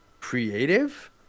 creative